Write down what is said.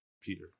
Peter